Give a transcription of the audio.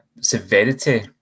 severity